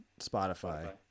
Spotify